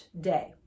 day